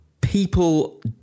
People